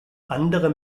andere